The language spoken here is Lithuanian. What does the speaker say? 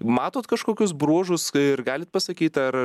matot kažkokius bruožus ir galit pasakyt ar